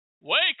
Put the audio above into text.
Wake